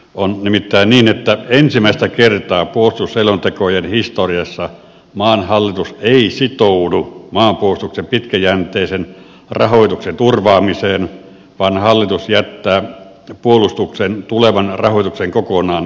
on nimittäin niin että ensimmäistä kertaa puolustusselontekojen historiassa maan hallitus ei sitoudu maanpuolustuksen pitkäjänteisen rahoituksen turvaamiseen vaan hallitus jättää puolustuksen tulevan rahoituksen kokonaan ilmaan